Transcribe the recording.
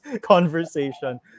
conversation